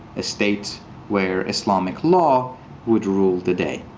a state where islamic law would rule the day.